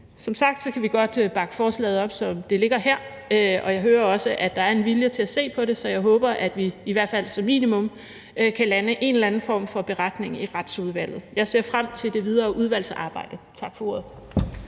Som sagt kan vi godt bakke forslaget op, som det ligger her. Og jeg hører også, at der er en vilje til at se på det, så jeg håber, at vi i hvert fald som minimum kan lande en eller anden form for beretning i Retsudvalget. Jeg ser frem til det videre udvalgsarbejde. Tak for ordet.